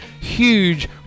huge